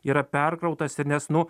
yra perkrautas ir nes nu